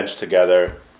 together